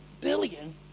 billion